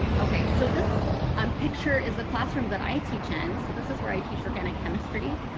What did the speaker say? ok, so this um picture is the classroom that i teach in. so this is where i teach organic chemistry.